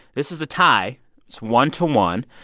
this is a tie. it's one to one.